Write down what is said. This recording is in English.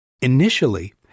Initially